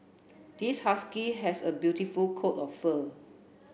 this husky has a beautiful coat of fur